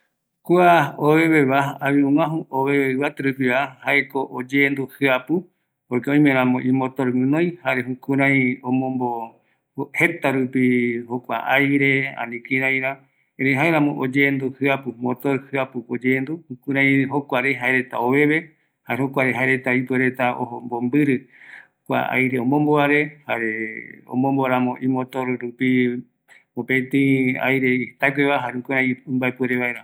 ﻿Kua oveveva avion guajü, oveve ivaterupiva, jaeko oyendu jiapu, porque oimeramo imotor guinoi jare jare jukurai omombo jeta rupi jokua aire ani kiraira, erei jaeramo oyeandu jiapu motor jiapu oyendu jokurai jokuare jaereta oveve, jare jokuare jaereta ipuereta ojo mombiri kua aire omombo vaere jare omombo ramo imotor rupi mopeti aire jetagueva jare jukurai imbae puere vaera